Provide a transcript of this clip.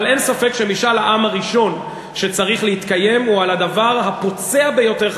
אבל אין ספק שמשאל העם הראשון שצריך להתקיים הוא על הדבר הפוצע ביותר,